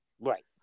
Right